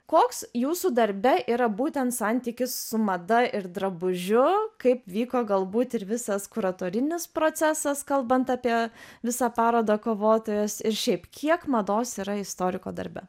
koks jūsų darbe yra būtent santykis su mada ir drabužiu kaip vyko galbūt ir visas kuratorinis procesas kalbant apie visą parodą kovotojos ir šiaip kiek mados yra istoriko darbe